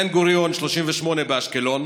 בן-גוריון 38 באשקלון,